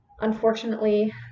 unfortunately